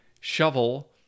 shovel